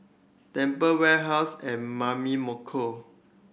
Tempt Warehouse and Mamy Moko